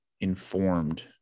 informed